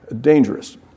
dangerous